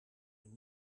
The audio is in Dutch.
een